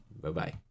bye-bye